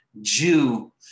Jew